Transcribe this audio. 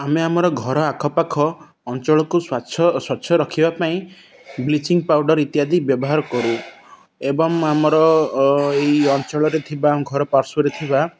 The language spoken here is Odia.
ଆମେ ଆମର ଘର ଆଖପାଖ ଅଞ୍ଚଳକୁ ସ୍ଵାଚ୍ଛ ସ୍ୱଚ୍ଛ ରଖିବା ପାଇଁ ବ୍ଲିଚିଙ୍ଗ ପାଉଡ଼ର ଇତ୍ୟାଦି ବ୍ୟବହାର କରୁ ଏବଂ ଆମର ଏଇ ଅଞ୍ଚଳରେ ଥିବା ଘର ପାର୍ଶ୍ୱରେ ଥିବା